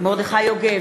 מרדכי יוגב,